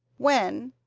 when,